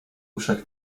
uszach